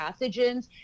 pathogens